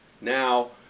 Now